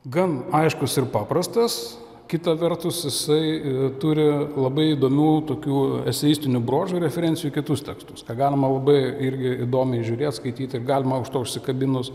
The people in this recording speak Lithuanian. gan aiškus ir paprastas kita vertus jisai turi labai įdomių tokių eseistinių bruožų referencijų į kitus tekstus galima labai irgi įdomiai žiūrėt skaityt ir galima už to užsikabinus